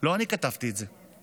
לא אני כתבתי את זה.